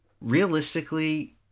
realistically